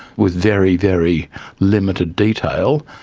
with very, very limited detail,